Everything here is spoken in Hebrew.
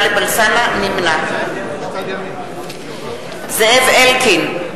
נמנע זאב אלקין,